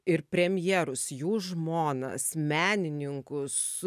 ir premjerus jų žmonas menininkus